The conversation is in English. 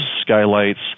skylights